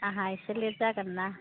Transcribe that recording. आंहा एसे लेट जागोन ना